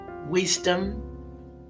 wisdom